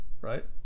right